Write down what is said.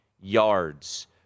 yards